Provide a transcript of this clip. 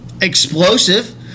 explosive